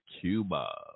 Cuba